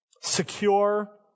secure